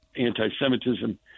anti-Semitism